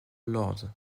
lord